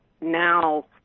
now